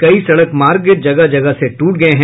कई सड़क मार्ग जगह जगह से ट्रट गये हैं